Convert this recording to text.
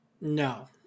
No